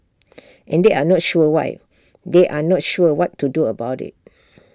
and they are not sure why they are not sure what to do about IT